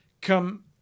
come